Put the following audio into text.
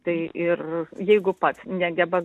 tai ir jeigu pats negeba